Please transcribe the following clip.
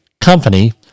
company